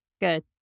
good